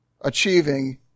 achieving